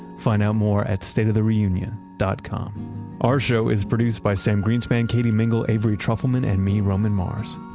find out more at stateofthereunion dot com our show is produced by sam greenspan, katie mingle, avery trufelman, and me, roman mars.